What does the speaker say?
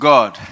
God